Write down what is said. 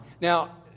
Now